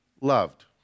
loved